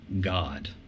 God